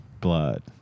Blood